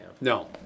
No